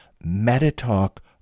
meta-talk